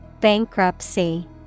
Bankruptcy